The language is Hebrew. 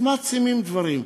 אז מעצימים דברים.